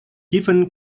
given